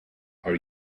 are